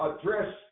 address